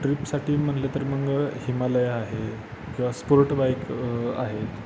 ट्रिपसाठी म्हणलं तर मग हिमालया आहे किंवा स्पोर्ट बाईक आहेत